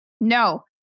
No